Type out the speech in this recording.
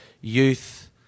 youth